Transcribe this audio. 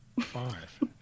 Five